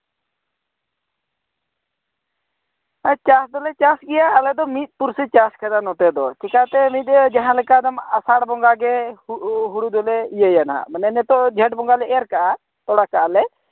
ᱟᱪᱪᱷᱟ ᱟᱫᱚᱞᱮ ᱪᱟᱥ ᱜᱮᱭᱟ ᱟᱞᱮ ᱫᱚ ᱢᱤᱫ ᱛᱩᱨᱥᱤ ᱪᱟᱥ ᱠᱟᱱᱟ ᱱᱚᱛᱮ ᱫᱚ ᱪᱮᱠᱟᱛᱮ ᱱᱚᱛᱮ ᱫᱚ ᱟᱥᱟᱲ ᱵᱚᱸᱜᱟ ᱜᱮ ᱦᱳᱲᱳ ᱦᱳᱲᱳ ᱫᱚᱞᱮ ᱤᱭᱟᱹ ᱭᱟ ᱱᱟᱜ ᱢᱟᱱᱮ ᱱᱤᱛᱳᱜ ᱡᱷᱮᱸᱴ ᱵᱚᱸᱜᱟ ᱞᱮ ᱮᱨ ᱠᱟᱜᱼᱟ ᱛᱚᱞᱟ ᱠᱟᱜᱼᱟ ᱞᱮ